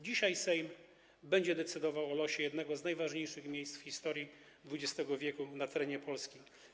Dzisiaj Sejm będzie decydował o losie jednego z najważniejszych miejsc w historii XX w. na terenie Polski.